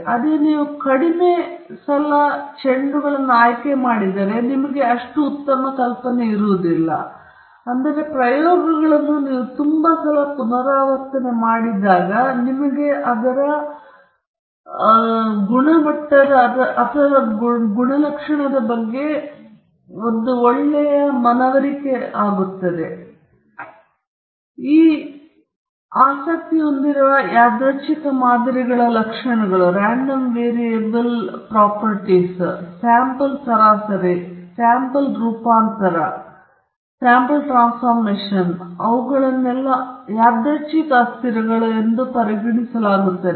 ನಾವು ಆಸಕ್ತಿ ಹೊಂದಿರುವ ಯಾದೃಚ್ಛಿಕ ಮಾದರಿಗಳ ಗುಣಲಕ್ಷಣಗಳು ಸ್ಯಾಂಪಲ್ ಸರಾಸರಿ ಸ್ಯಾಂಪಲ್ ರೂಪಾಂತರ ಮತ್ತು ಅವುಗಳನ್ನು ಯಾದೃಚ್ಛಿಕ ಅಸ್ಥಿರವೆಂದು ಪರಿಗಣಿಸಲಾಗುತ್ತದೆ